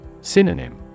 Synonym